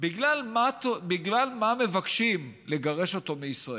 בגלל מה מבקשים לגרש אותו מישראל?